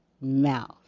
mouth